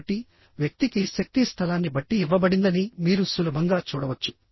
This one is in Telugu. కాబట్టివ్యక్తికి శక్తి స్థలాన్ని బట్టి ఇవ్వబడిందని మీరు సులభంగా చూడవచ్చు